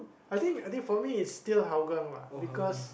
I think I think for me it's still Hougang lah because